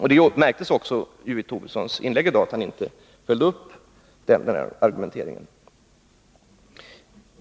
lade också märke till att Lars Tobisson i sitt inlägg i dag inte följde upp denna argumentering.